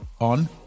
on